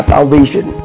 Salvation